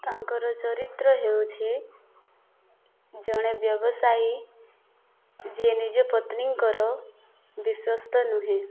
ତାଙ୍କର ଚରିତ୍ର ହେଉଛି ଜଣେ ବ୍ୟବସାୟୀ ଯିଏ ନିଜ ପତ୍ନୀଙ୍କର ବିଶ୍ୱସ୍ତ ନୁହେଁ